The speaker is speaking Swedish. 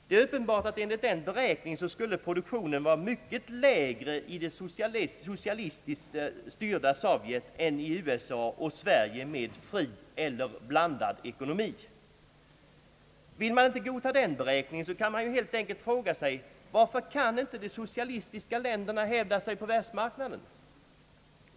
Det är uppenbart att produktionen enligt denna beräkning skulle vara mycket lägre i det socialistiskt styrda Sovjet än i USA och Sverige med fri eller blandad ekonomi. Vill man inte godtaga den beräkningen, så kan man ju helt enkelt fråga sig: Varför kan inte de socialistiska länderna hävda sig på världsmarknaden?